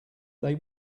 they